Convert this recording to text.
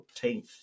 14th